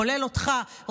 כולל אותך,